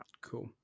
Cool